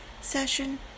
session